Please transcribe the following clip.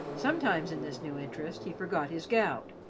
sometimes in this new interest he forgot his gout,